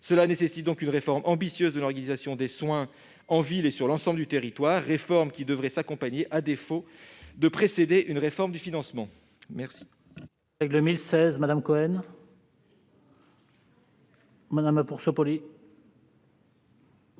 Cela nécessite une réforme ambitieuse de l'organisation des soins en ville et sur l'ensemble du territoire, réforme qui devrait s'accompagner, à défaut de la précéder, d'une réforme du financement.